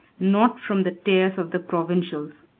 not from the tears of the provincials.